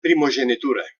primogenitura